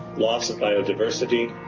loss of biodiversity,